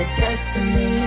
destiny